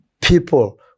people